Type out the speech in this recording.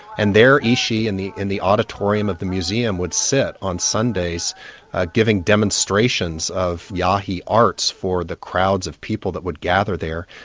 and there ishi and in the auditorium of the museum would sit on sundays giving demonstrations of yahi arts for the crowds of people that would gather there.